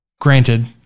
granted